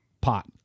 Pot